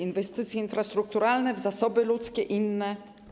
Inwestycje infrastrukturalne, w zasoby ludzkie, inne?